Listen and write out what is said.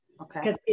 okay